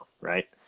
right